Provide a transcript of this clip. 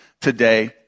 today